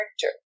character